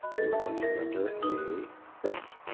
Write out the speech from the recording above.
we are going to render a route.